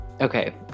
Okay